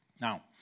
Now